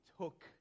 took